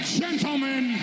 gentlemen